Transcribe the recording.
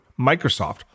Microsoft